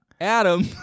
Adam